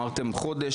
אמרתם "חודש",